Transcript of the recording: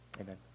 Amen